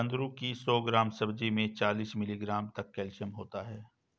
कुंदरू की सौ ग्राम सब्जी में चालीस मिलीग्राम तक कैल्शियम होता है